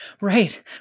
Right